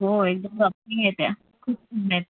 हो एकदम रॉकिंग आहेत त्या खूप